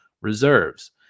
reserves